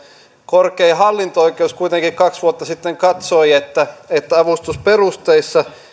korkein hallinto oikeus kuitenkin kaksi vuotta sitten katsoi että että avustusperusteissa